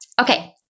Okay